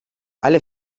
alle